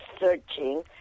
searching